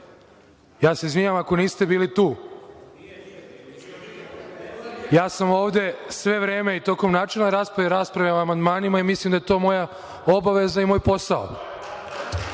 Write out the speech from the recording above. Ja se izvinjavam ako niste bili tu. Ja sam ovde sve vreme i tokom načelne rasprave, rasprave o amandmanima i mislim da je to moja obaveza i moj posao.